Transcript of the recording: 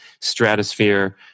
stratosphere